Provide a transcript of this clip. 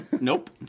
Nope